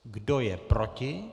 Kdo je proti?